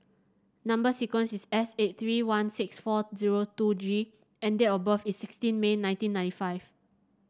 number sequence is S eight three one six four zero two G and date of birth is sixteen May nineteen ninety five